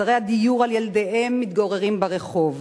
מחוסרי הדיור על ילדיהם מתגוררים ברחוב.